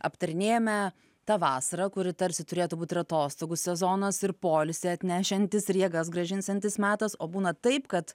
aptarinėjame tą vasarą kuri tarsi turėtų būt ir atostogų sezonas ir poilsį atnešiantis ir jėgas grąžinsiantis metas o būna taip kad